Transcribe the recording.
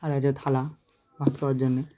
আর আছে থালা ভাত খাওয়ার জন্যে